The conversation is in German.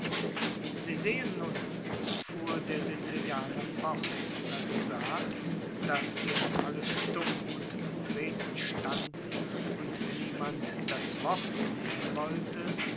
sie sehen nun fuhr der sizilianer fort als er sah daß wir noch alle stumm und betreten standen und niemand das wort nehmen wollte